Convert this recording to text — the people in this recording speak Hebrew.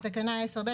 בתקנה 10(ב),